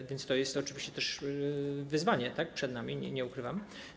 A więc to jest oczywiście też wyzwanie przed nami, nie ukrywam.